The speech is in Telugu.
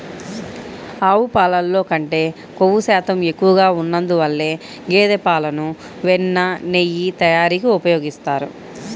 ఆవు పాలల్లో కంటే క్రొవ్వు శాతం ఎక్కువగా ఉన్నందువల్ల గేదె పాలను వెన్న, నెయ్యి తయారీకి ఉపయోగిస్తారు